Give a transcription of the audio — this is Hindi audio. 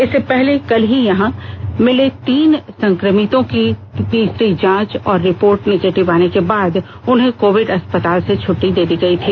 इससे पहले कल ही यहां मिले तीन संक्रमित मरीजों की तीसरी जांच रिपोर्ट निगेटिव आने के बाद उन्हें कोविड अस्पताल से छट्टी दे दी गई थी